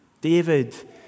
David